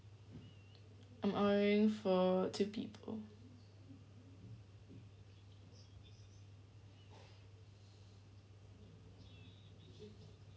I'm ordering for two people